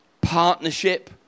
partnership